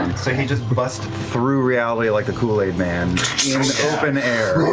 so he just bust through reality like the kool-aid man in open air.